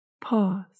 Pause